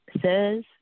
says